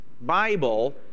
Bible